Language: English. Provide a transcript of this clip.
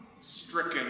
stricken